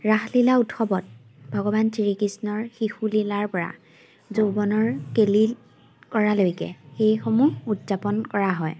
ৰাসলীলা উৎসৱত ভগৱান শ্ৰীকৃষ্ণৰ শিশুলীলাৰপৰা যৌৱনৰ কেলি কৰালৈকে সেইসমূহ উদযাপন কৰা হয়